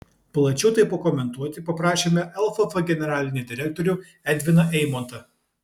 plačiau tai pakomentuoti paprašėme lff generalinį direktorių edviną eimontą